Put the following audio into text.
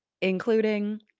including